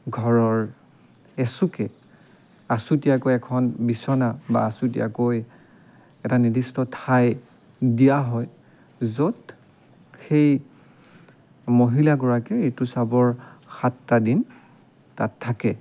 ঘৰৰ এচুকে আছুতীয়াকৈ এখন বিচনা বা আছুতীয়াকৈ এটা নিৰ্দিষ্ট ঠাই দিয়া হয় য'ত সেই মহিলাগৰাকীৰ ঋতুস্ৰাৱৰ সাতটা দিন তাত থাকে